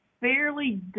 fairly